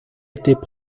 étaient